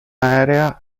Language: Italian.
aerea